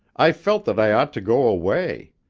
i felt that i ought to go away.